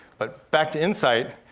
but back to insight,